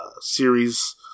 series